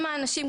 הם האנשים,